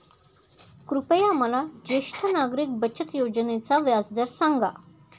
कृपया मला ज्येष्ठ नागरिक बचत योजनेचा व्याजदर सांगा